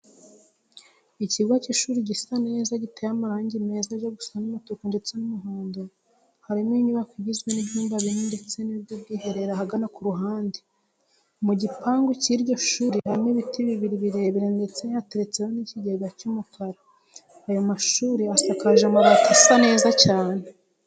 Ikigo cy'ishuri gisa neza giteye amarange meza ajya gusa n'umutuku ndetse n'umuhondo harimo inyubako igizwe n'ibyumba bine ndetse n'ubwiherero ahagana ku ruhande. Mu gipangu cy'iryo shuri harimo ibiti bibiri birebire ndetse hateretseho n'ikigeza cy'umukara. Ayo mashuri asakaje amabati asa neza cyane.